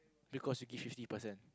because you give fifty percent